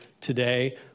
today